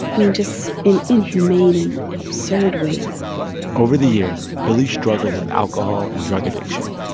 mean, just in inhumane and absurd ways over the years, billie struggled with alcohol and drug addiction.